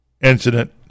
incident